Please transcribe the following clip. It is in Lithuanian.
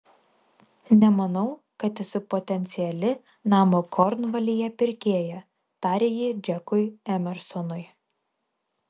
nemanau kad esu potenciali namo kornvalyje pirkėja tarė ji džekui emersonui